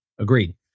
Agreed